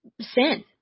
sin